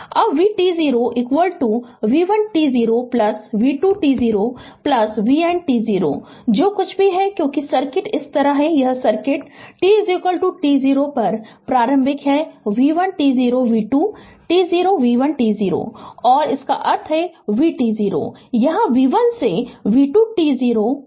अब vt0 v1 t0 v2 t0 vn t0 जो कुछ भी है क्योंकि सर्किट इस तरह है यह सर्किट है t t0 पर प्रारंभिक यह v1 t0 v2 t0 v1 t0 है और इसका अर्थ है vt0 यहाँ v1 t0 v2 t0 योग होगा